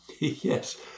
Yes